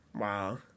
wow